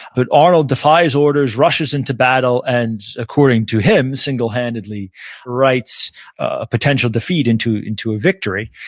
but arnold defies orders, rushes into battle, and according to him, single handedly rights a potential defeat into into a victory,